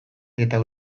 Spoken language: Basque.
eta